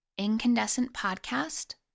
incandescentpodcast